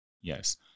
Yes